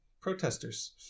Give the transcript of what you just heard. Protesters